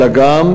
אלא גם,